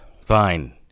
Fine